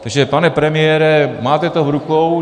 Takže pane premiére, máte to v rukou.